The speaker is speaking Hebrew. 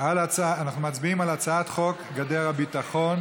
אנחנו מצביעים על הצעת חוק גדר הביטחון,